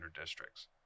districts